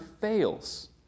fails